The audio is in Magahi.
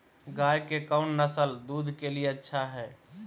गाय के कौन नसल दूध के लिए अच्छा है?